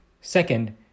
Second